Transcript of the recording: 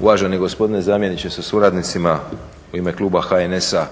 uvaženi gospodine zamjeniče sa suradnicima. U ime kluba HNS-a